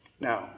Now